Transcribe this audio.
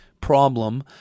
problem